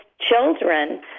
children